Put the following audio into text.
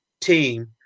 team